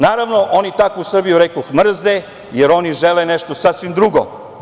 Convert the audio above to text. Naravno, oni takvu Srbiju, rekoh, mrze, jer oni žele nešto sasvim drugo.